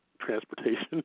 transportation